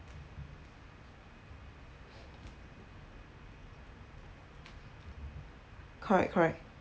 correct correct